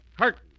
Curtain